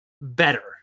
better